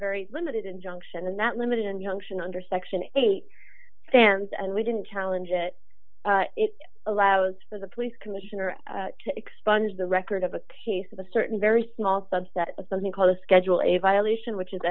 very limited injunction and that limited and young should under section eight stand and we didn't challenge it it allows for the police commissioner to expunge the record of a case of a certain very small subset of something called a schedule a violation which is